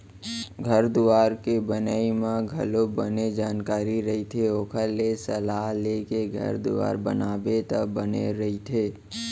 घर दुवार के बनई म घलोक बने जानकार रहिथे ओखर ले सलाह लेके घर दुवार बनाबे त बने रहिथे